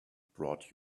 brought